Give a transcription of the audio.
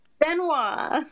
benoit